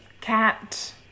Cat